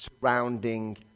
surrounding